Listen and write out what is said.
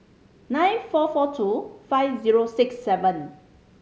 nine four four two five zero six seven